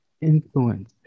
influence